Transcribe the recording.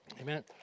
Amen